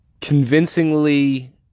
convincingly